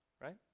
right